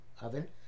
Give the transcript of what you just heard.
Oven